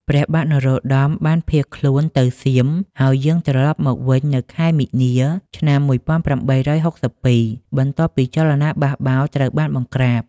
ព្រះបាទនរោត្តមបានភៀសខ្លួនទៅសៀម ហើយយាងត្រឡប់មកវិញនៅខែមីនា ឆ្នាំ ១៨៦២ បន្ទាប់ពីចលនាបះបោរត្រូវបានបង្ក្រាប។